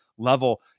level